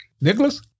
Nicholas